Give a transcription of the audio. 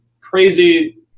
crazy